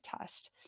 test